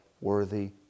worthy